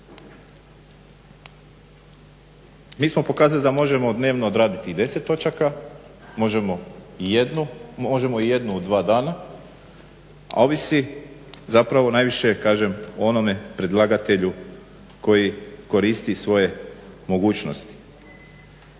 Mi smo pokazali da možemo dnevno odraditi i 10 točaka, možemo i jednu, možemo i jednu u dva dana, ovisi zapravo najviše kažem o onome predlagatelju koji koristi svoje mogućnosti.